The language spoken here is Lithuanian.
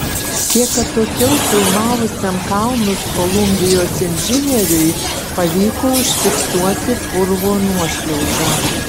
kiek atokiau filmavusiam kalnus kolumbijos inžinieriui pavyko užfiksuoti purvo nuošliaužą